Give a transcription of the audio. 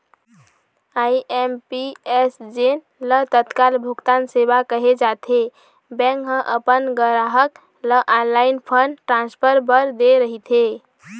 IMPS जेन ल तत्काल भुगतान सेवा कहे जाथे, बैंक ह अपन गराहक ल ऑनलाईन फंड ट्रांसफर बर दे रहिथे